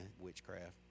witchcraft